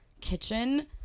kitchen